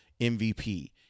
MVP